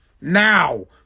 Now